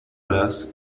las